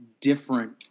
different